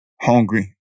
hungry